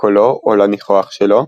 לקולו או לניחוח שלו,